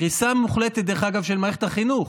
קריסה מוחלטת, דרך אגב, של מערכת החינוך.